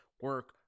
Work